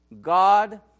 God